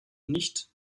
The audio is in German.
nicht